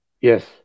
Yes